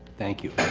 thank you.